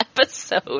episode